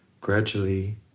gradually